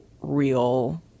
real